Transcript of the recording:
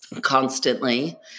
constantly